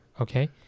Okay